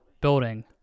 Building